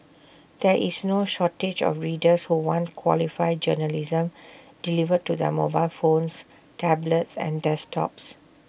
there is no shortage of readers who want quality journalism delivered to their mobile phones tablets and desktops